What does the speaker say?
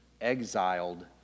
exiled